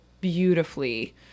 beautifully